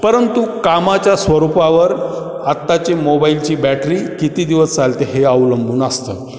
परंतु कामाच्या स्वरूपावर आत्ताची मोबाईलची बॅटरी किती दिवस चालते हे अवलंबून असतं